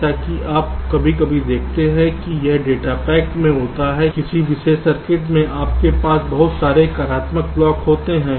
जैसा कि आप कभी कभी देखते हैं कि यह डेटा पैक में होता है किसी विशेष सर्किट में आपके पास बहुत सारे कार्यात्मक ब्लॉक होते हैं